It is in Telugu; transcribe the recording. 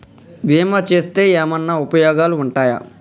బీమా చేస్తే ఏమన్నా ఉపయోగాలు ఉంటయా?